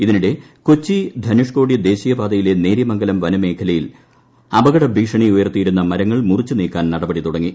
ഇതിനിടെ കൊച്ചി ധനുഷ്ക്കോടി ദേശിയപാതയിലെ നേര്യമംഗലം വനമേഖലയിൽ അപകട ഭീഷണി ഉയർത്തിയിരുന്ന മരങ്ങൾ മുറിച്ച് നീക്കാൻനടപടി തുടങ്ങി